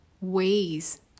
ways